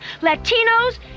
Latinos